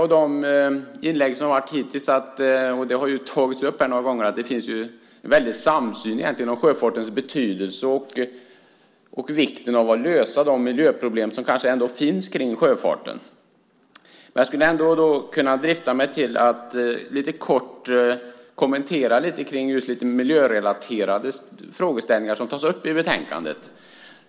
I de inlägg som vi har hört hittills här framgår det att det finns en stor samsyn om sjöfartens betydelse och vikten av att lösa de miljöproblem som ändå finns i fråga om sjöfarten. Jag ska kortfattat kommentera några av de miljörelaterade frågeställningar som tas upp i betänkandet.